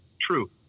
True